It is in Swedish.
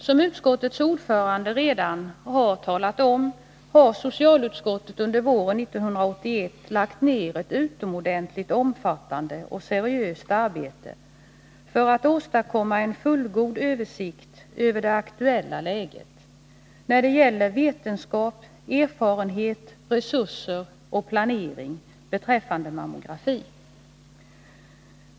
Som utskottets ordförande redan har talat om har socialutskottet under våren 1981 lagt ned ett utomordentligt omfattande och seriöst arbete för att åstadkomma en fullgod översikt över det aktuella läget i vad gäller vetenskap, erfarenhet, resurser och planering beträffande mammografi.